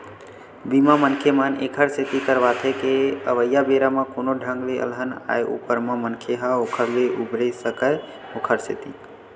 बीमा, मनखे मन ऐखर सेती करवाथे के अवइया बेरा म कोनो ढंग ले अलहन आय ऊपर म मनखे ह ओखर ले उबरे सकय ओखर सेती